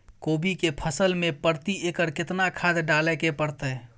कोबी के फसल मे प्रति एकर केतना खाद डालय के परतय?